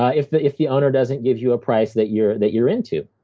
ah if the if the owner doesn't give you a price that you're that you're into.